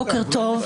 בוקר טוב.